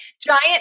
giant